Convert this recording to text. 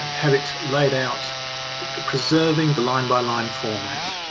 um have it laid out preserving the line by line format